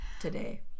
Today